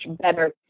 better